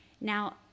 Now